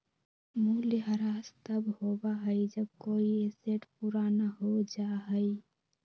मूल्यह्रास तब होबा हई जब कोई एसेट पुराना हो जा हई